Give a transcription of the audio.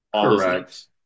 Correct